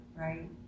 right